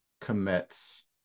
commits